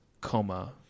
coma